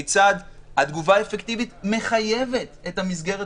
כיצד התגובה האפקטיבית מחייבת את המסגרת